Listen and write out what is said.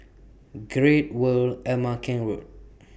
Great World Ama Keng Road